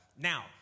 Now